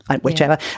whichever